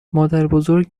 مادربزرگ